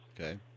Okay